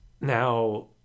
now